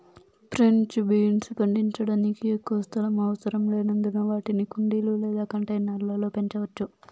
French beans పండించడానికి ఎక్కువ స్థలం అవసరం లేనందున వాటిని కుండీలు లేదా కంటైనర్ల లో పెంచవచ్చు